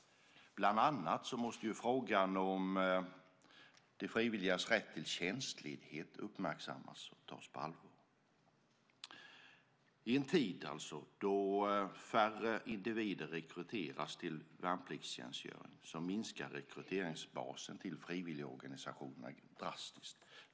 Bland annat måste frågan om de frivilligas rätt till tjänstledighet uppmärksammas och tas på allvar. I en tid då färre individer rekryteras till värnpliktstjänstgöring minskar rekryteringsbasen till frivilligorganisationerna drastiskt.